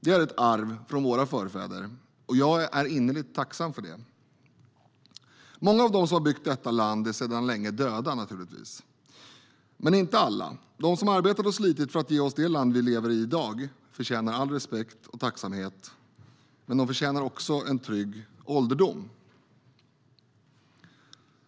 Det är ett arv från våra förfäder, och jag är innerligt tacksam för det. Många av dem som har byggt detta land är naturligtvis sedan länge döda. Men inte alla. De som har arbetat och slitit för att ge oss det land vi i dag lever i förtjänar all respekt och tacksamhet. Men de förtjänar också en trygg ålderdom.